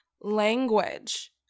Language